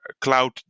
cloud